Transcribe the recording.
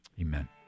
amen